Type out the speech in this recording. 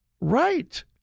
right